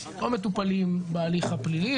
לא מטופלים בהליך הפלילי,